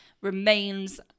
remains